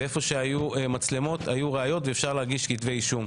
איפה שהיו מצלמות היו ראיות ואפשר להגיש כתבי אישום.